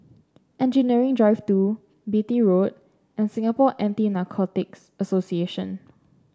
Engineering Drive Two Beatty Road and Singapore Anti Narcotics Association